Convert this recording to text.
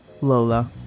Lola